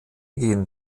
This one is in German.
gehen